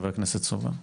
חבר הכנסת סובה.